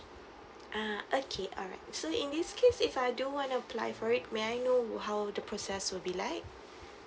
ah okay alright so in this case if I do want to apply for it may I know how the process will be like